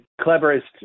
cleverest